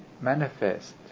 manifest